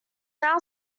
now